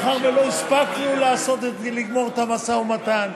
מאחר שלא הספקנו לגמור את המשא ומתן,